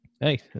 Hey